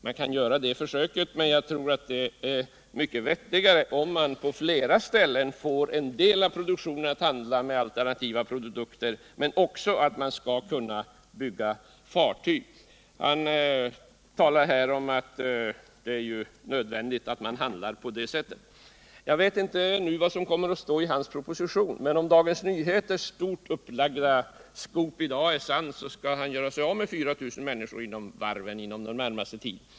Man kan göra det försöket, men jag tror att det är vettigare att man på flera ställen får en del av produktionen att omfatta alternativa produkter men att man också skall kunna bygga fartyg. Man talar här om att det är nödvändigt att handla på det sättet. Jag vet inte vad som kommer att stå i hans proposition, men om Dagens Nyheters stort upplagda scoop i dag är sant, skall herr Åsling göra sig av med 4000 människor i varvsindustrin inom den närmaste tiden.